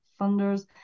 funders